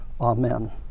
amen